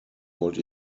wollte